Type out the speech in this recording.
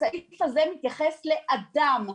הסעיף הזה מתייחס לאדם.